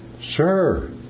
sir